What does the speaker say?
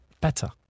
better